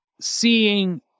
seeing